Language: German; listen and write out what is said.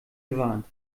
gewarnt